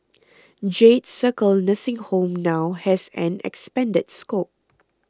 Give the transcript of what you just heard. Jade Circle nursing home now has an expanded scope